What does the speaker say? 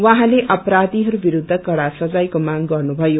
उहाँले अपराधिहरू विस्त्र कड़ा सजाईको मांग गर्नुभयो